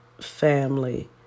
family